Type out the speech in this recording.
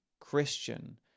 Christian